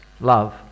love